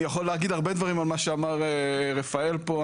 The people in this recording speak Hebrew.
אני יכול להגיד הרבה דברים על מה שאמר רפאל פה,